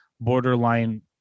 borderline